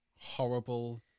horrible